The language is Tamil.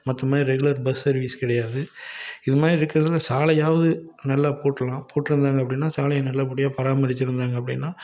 மற்ற மாதிரி ரெகுலர் பஸ் சர்வீஸ் கிடையாது இது மாதிரி இருக்கிறதில் சாலையாவது நல்லா போடுறலாம் போட்டிருந்தாங்க அப்படின்னா சாலையை நல்லபடியாக பராமரித்திருந்தாங்க அப்படின்னா